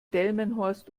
delmenhorst